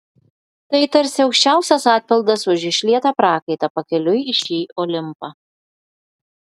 tai tarsi aukščiausias atpildas už išlietą prakaitą pakeliui į šį olimpą